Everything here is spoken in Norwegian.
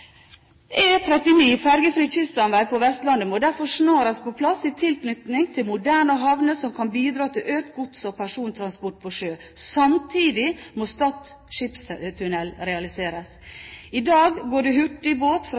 fergefri kyststamvei på Vestlandet må derfor snarest på plass i tilknytning til moderne havner som kan bidra til økt gods- og persontransport på sjø. Samtidig må Stad skipstunnel realiseres. I dag går det